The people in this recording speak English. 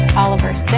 oliver's